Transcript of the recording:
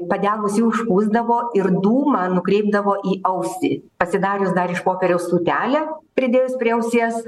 ir padegusį užpūsdavo ir dūmą nukreipdavo į ausį pasidarius dar iš popieriaus tūtelę pridėjus prie ausies